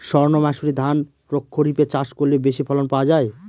সর্ণমাসুরি ধান প্রক্ষরিপে চাষ করলে বেশি ফলন পাওয়া যায়?